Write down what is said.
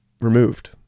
removed